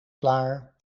klaar